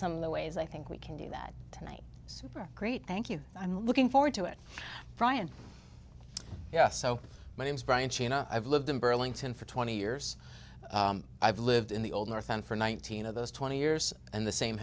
some of the ways i think we can do that tonight super great thank you i'm looking forward to it brian yes so my name's brian sheena i've lived in burlington for twenty years i've lived in the old north end for nineteen of those twenty years and the same